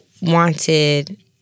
wanted